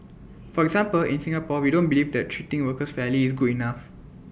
for example in Singapore we don't believe that treating workers fairly is good enough